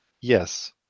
Yes